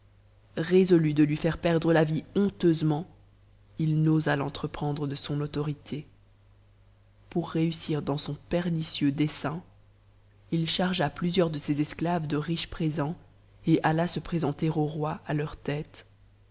résolu de lui faire perdre la eusement it n'osa l'entreprendre de son autorité pour réussir dans son pernicieux dessein il chargea plusieurs de ses esclaves de riche présents et alla se présenter au roi à leur tête